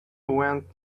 went